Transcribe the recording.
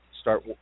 start